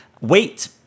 wait